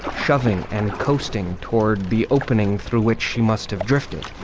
shoving and coasting toward the opening through which she must have drifted